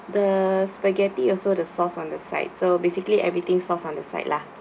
the spaghetti also the sauce on the side so basically everything sauce on the side lah